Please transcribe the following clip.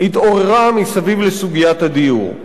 שהתעוררה מסביב לסוגיית הדיור.